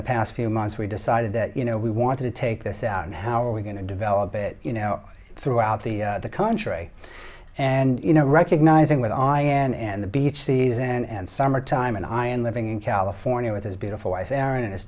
the past few months we decided that you know we want to take this out and how are we going to develop it you know throughout the country and you know recognizing that i am in the beach season and summertime and i am living in california with his beautiful wife erin and his